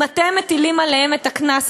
אם אתם מטילים עליהם את הקנס הזה,